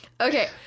Okay